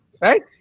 Right